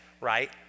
right